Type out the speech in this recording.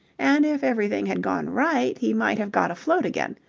and if everything had gone right he might have got afloat again.